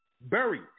Buried